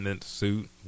suit